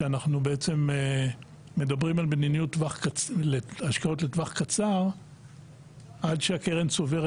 שאנחנו מדברים על מדיניות השקעות לטווח קצר עד שהקרן צוברת